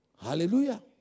Hallelujah